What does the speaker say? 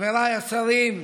חבריי השרים,